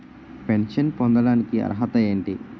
Pension పొందడానికి అర్హత ఏంటి?